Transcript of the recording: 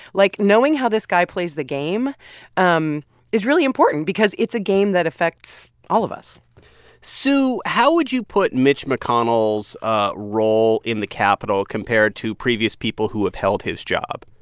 like, knowing how this guy plays the game um is really important because it's a game that affects all of us sue, how would you put mitch mcconnell's ah role in the capitol compared to previous people who have held his job?